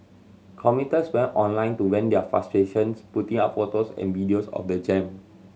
commuters went online to vent their frustrations putting up photos and videos of the jam